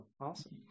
awesome